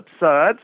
absurd